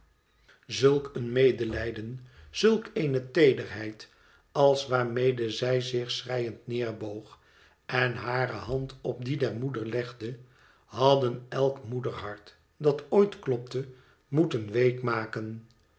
zulk een medelijden zulk eene teederheid als waarmede zij zich schreiend neerboog en hare hand op die der moeder legde hadden elk moederhart dat ooit klopte moeten week maken